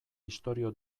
istorio